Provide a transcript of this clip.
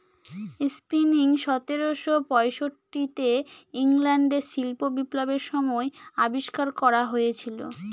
spinning সতেরোশো পয়ষট্টি তে ইংল্যান্ডে শিল্প বিপ্লবের সময় আবিষ্কার করা হয়েছিল